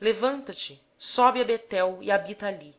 levanta-te sobe a betel e habita ali